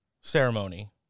ceremony